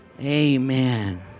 amen